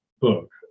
book